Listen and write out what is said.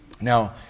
Now